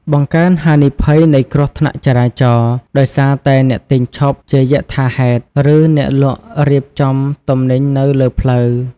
បង្កើនហានិភ័យនៃគ្រោះថ្នាក់ចរាចរណ៍ ដោយសារតែអ្នកទិញឈប់ជាយថាហេតុ ឬអ្នកលក់រៀបចំទំនិញនៅលើផ្លូវ។